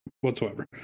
whatsoever